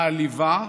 מעליבה,